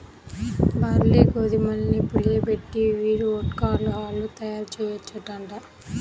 barley, గోధుమల్ని పులియబెట్టి beer, vodka, alcohol తయ్యారుజెయ్యొచ్చంట